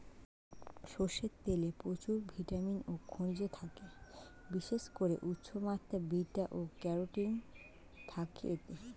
সরষের তেলে প্রচুর ভিটামিন ও খনিজ থাকে, বিশেষ করে উচ্চমাত্রার বিটা ক্যারোটিন থাকে এতে